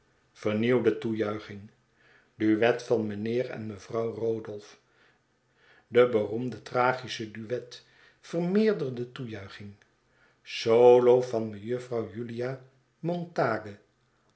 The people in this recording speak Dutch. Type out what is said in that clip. duet van mijnheer en mejufvrouw rodolph de beroemde tragische duet vermeerderde toejuiching solo van mejuffer julia